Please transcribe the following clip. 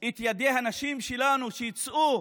את ידי הנשים שלנו שיצאו,